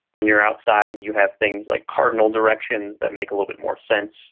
when you're outside you have things like cardinal directions that make a little bit more sense,